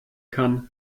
kann